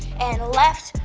and left,